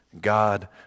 God